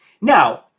Now